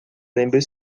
lembre